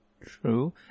True